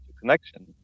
connection